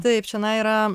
taip čenai yra